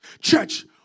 Church